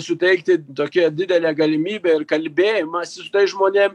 suteikti tokią didelę galimybę ir kalbėjimą tais žmonėm